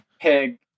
Pig